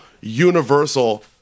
universal